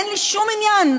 אין לי שום עניין,